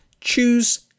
choose